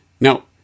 Now